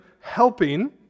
helping